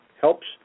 helps